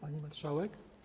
Pani Marszałek!